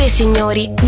Signori